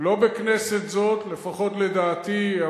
לא בכנסת זאת, לפחות לדעתי.